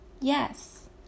Yes